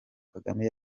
kagame